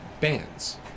bands